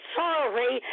sorry